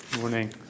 morning